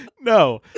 No